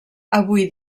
avui